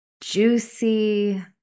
Juicy